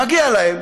מגיעה להם